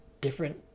different